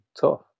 tough